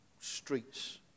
streets